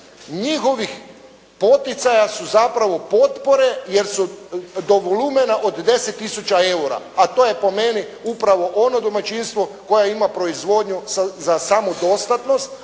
njihovih poticaja su zapravo potpore jer su do volumena od 10 tisuća eura a to je po meni upravo ono domaćinstvo koje ima proizvodnju za samodostatnost,